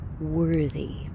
Worthy